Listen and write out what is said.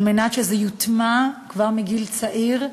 על מנת שזה יוטמע כבר מגיל צעיר,